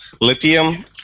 Lithium